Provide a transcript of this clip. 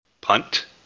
punt